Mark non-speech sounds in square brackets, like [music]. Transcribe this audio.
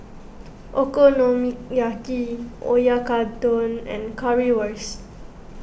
[noise] Okonomiyaki Oyakodon and Currywurst